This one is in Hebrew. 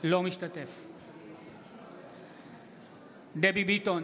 אינו משתתף בהצבעה דבי ביטון,